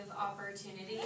opportunity